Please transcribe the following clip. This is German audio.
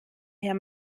herr